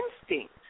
instinct